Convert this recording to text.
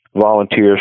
volunteers